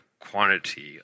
quantity